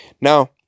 Now